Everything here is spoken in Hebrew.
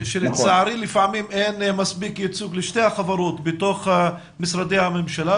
שלצערי לפעמים אין מספיק ייצוג לשתי החברות בתוך משרדי הממשלה,